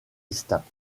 distincts